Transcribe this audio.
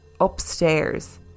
upstairs